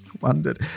wondered